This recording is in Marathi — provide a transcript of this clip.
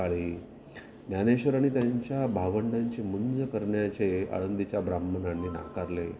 काळी ज्ञानेश्वरांनी त्यांच्या भावंडांची मूंज करण्याचे आळंदीच्या ब्राह्मणांनी नाकारले